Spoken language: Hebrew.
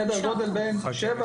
סדר גודל של 7